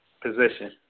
position